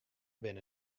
binne